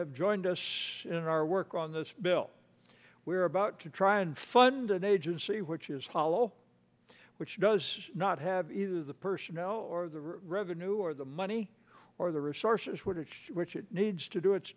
have joined us in our work on this bill we're about to try and fund an agency which is hollow which does not have either the personnel or the revenue or the money or the resources what it needs to do its